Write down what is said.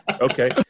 Okay